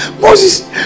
Moses